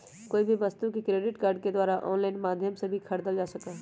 कोई भी वस्तु के क्रेडिट कार्ड के द्वारा आन्लाइन माध्यम से भी खरीदल जा सका हई